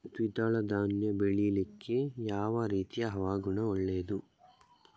ದ್ವಿದಳ ಧಾನ್ಯ ಬೆಳೀಲಿಕ್ಕೆ ಯಾವ ರೀತಿಯ ಹವಾಗುಣ ಒಳ್ಳೆದು?